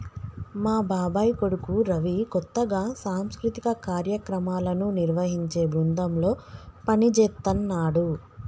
మా బాబాయ్ కొడుకు రవి కొత్తగా సాంస్కృతిక కార్యక్రమాలను నిర్వహించే బృందంలో పనిజేత్తన్నాడు